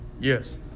yes